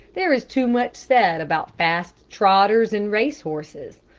there is too much said about fast trotters and race horses.